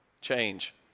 change